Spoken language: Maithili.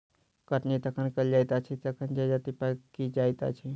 कटनी तखन कयल जाइत अछि जखन जजति पाकि जाइत अछि